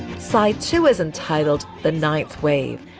side two is entitled the ninth wave,